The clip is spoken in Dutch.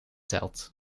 telt